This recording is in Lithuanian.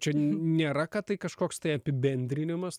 čia nėra kad tai kažkoks tai apibendrinimas